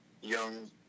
young